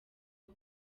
eng